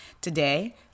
Today